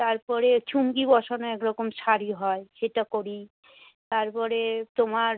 তারপরে চুমকি বসানো এক রকম শাড়ি হয় সেটা করি তারপরে তোমার